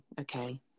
okay